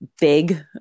big